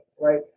right